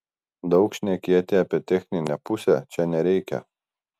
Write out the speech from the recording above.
daug šnekėti apie techninę pusę čia nereikia